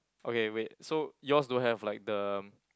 okay wait so yours don't have like the